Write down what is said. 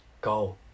Go